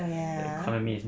oh ya ha